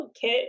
Kit